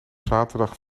zaterdag